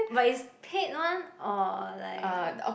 but is paid one or like